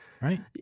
Right